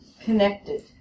connected